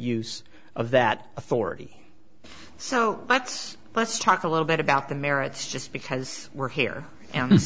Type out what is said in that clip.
use of that authority so let's let's talk a little bit about the merits just because we're here and